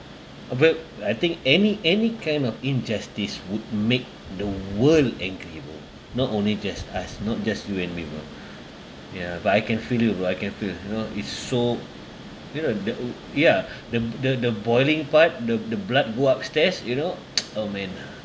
uh but I think any any kind of injustice would make the world angry bro not only just us not just you and me bro ya but I can feel you bro I can feel you know it's so you know the uh ya the the the boiling part the the blood go upstairs you know oh man ah